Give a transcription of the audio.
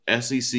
SEC